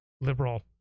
liberal